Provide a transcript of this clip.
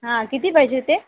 हां किती पाहिजे होते